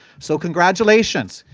so congratulations,